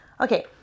okay